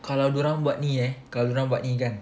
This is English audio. kalau dorang buat ni eh kalau dorang buat ni kan